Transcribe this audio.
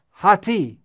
hati